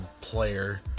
player